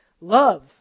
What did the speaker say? Love